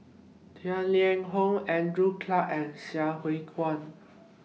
Tang Liang Hong Andrew Clarke and Sai Hua Kuan